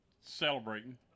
celebrating